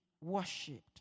worshipped